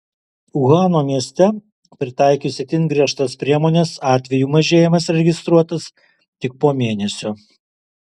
uhano mieste pritaikius itin griežtas priemones atvejų mažėjimas registruotas tik po mėnesio